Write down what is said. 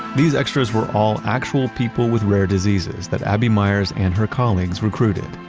these extras were all actual people with rare diseases that abbey meyers and her colleagues recruited.